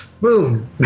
Boom